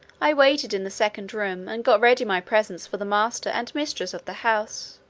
i waited in the second room, and got ready my presents for the master and mistress of the house